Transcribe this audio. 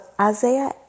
Isaiah